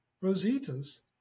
Rosita's